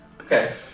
Okay